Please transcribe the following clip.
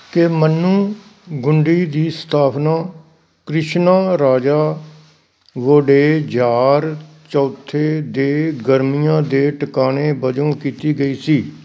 ਕੇਮੰਨੂਗੁੰਡੀ ਦੀ ਸਥਾਪਨਾ ਕ੍ਰਿਸ਼ਨਾਰਾਜਾ ਵੋਡੇਯਾਰ ਚੌਥੇ ਦੇ ਗਰਮੀਆਂ ਦੇ ਟਿਕਾਣੇ ਵਜੋਂ ਕੀਤੀ ਗਈ ਸੀ